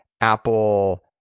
Apple